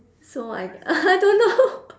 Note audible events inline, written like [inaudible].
so I [laughs] I don't know [laughs]